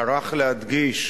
טרח להדגיש